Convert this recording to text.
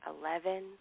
eleven